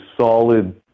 solid